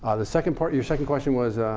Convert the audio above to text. the second part your second question was?